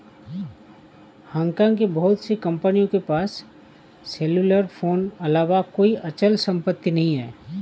Hong Kong की बहुत सी कंपनियों के पास सेल्युलर फोन अलावा कोई अचल संपत्ति नहीं है